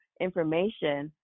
information